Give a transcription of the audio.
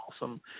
Awesome